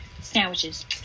Sandwiches